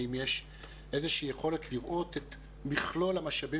האם יש איזושהי יכולת לראות את מכלול המשאבים